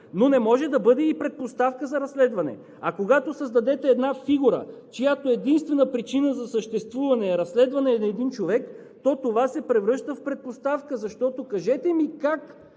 но не може да бъде и предпоставка за разследване. А когато създадете една фигура, чиято единствена причина за съществуване е разследване на един човек, то това се превръща в предпоставка. Кажете ми как